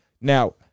Now